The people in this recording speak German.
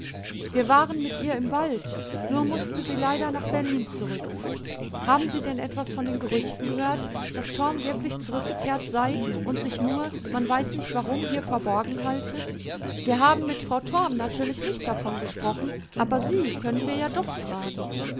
wir waren mit ihr im wald nur mußte sie leider nach berlin zurück haben sie denn etwas von den gerüchten gehört daß torm wirklich zurückgekehrt sei und sich nur man weiß nicht warum hier verborgen halte wir haben mit frau torm natürlich nicht davon gesprochen aber sie können wir ja doch fragen